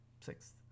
sixth